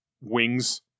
wings